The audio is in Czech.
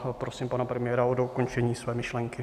Poprosím pana premiéra o dokončení jeho myšlenky.